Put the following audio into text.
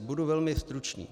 Budu velmi stručný.